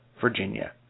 virginia